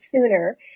sooner